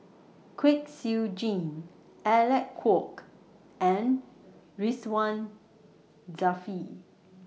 Kwek Siew Jin Alec Kuok and Ridzwan Dzafir